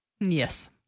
yes